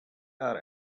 are